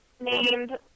named